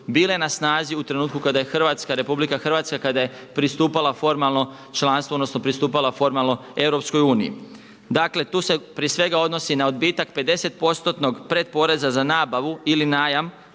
bile na snazi u trenutku kada je Hrvatska, RH kada je pristupala formalno članstvu odnosno pristupala formalno EU. Dakle, tu se prije svega odnosi na odbitak 50%tnog pretporeza za nabavu ili najam